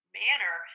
manner